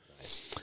Nice